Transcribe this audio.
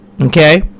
okay